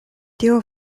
tio